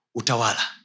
utawala